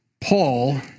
Paul